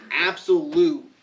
absolute